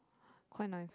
quite nice